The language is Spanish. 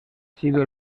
sido